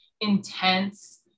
intense